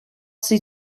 sie